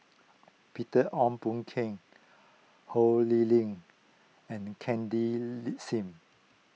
Peter Ong Boon Ken Ho Lee Ling and Cindy Lee Sim